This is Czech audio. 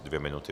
Dvě minuty.